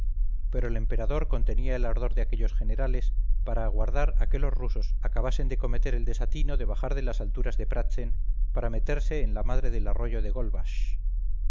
pero el emperador contenía el ardor de aquellos generales para aguardar a que los rusos acabasen de cometer eldesatino de bajar de las alturas de pratzen para meterse en la madre del arroyo de